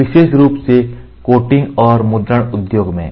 विशेष रूप से कोटिंग्स और मुद्रण उद्योग में